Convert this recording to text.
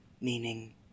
Meaning